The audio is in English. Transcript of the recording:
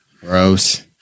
Gross